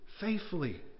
faithfully